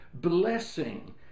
blessing